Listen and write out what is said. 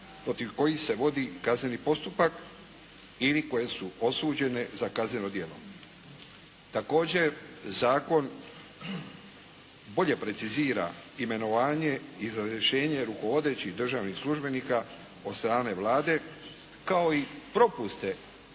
protiv kojih se vodi kazneni postupak ili koje su osuđene za kazneno djelo. Također, zakon bolje precizira imenovanje i razrješenje rukovodećih državnih službenika od strane Vlade kao i propuste